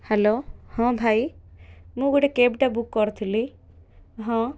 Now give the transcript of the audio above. hello ହଁ ଭାଇ ମୁଁ ଗୋଟେ କ୍ୟାବ୍ଟା ବୁକ୍ କରିଥିଲି ହଁ